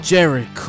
Jared